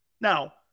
Now